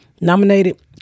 nominated